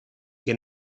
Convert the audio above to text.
che